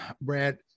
Brad